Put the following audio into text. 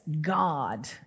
God